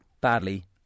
Badly